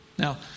Now